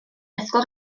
ysgol